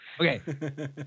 Okay